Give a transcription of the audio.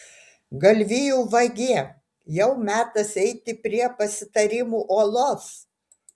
galvijų vagie jau metas eiti prie pasitarimų uolos